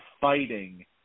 fighting